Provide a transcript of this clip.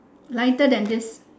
lighter than this